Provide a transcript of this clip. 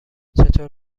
چطور